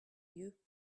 you